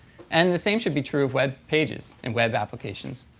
and the same should be true webpages and web applications.